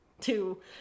two